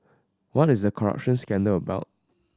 what is the corruption scandal about